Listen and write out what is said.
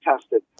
tested